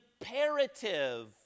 imperative